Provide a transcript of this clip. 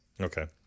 Okay